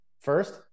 first